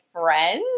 friends